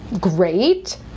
great